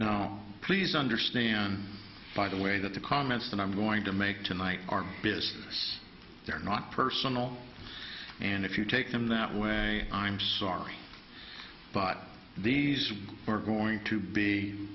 now please understand by the way that the comments that i'm going to make tonight are business they're not personal and if you take them that way i'm sorry but these are going to be